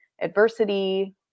adversity